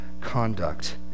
conduct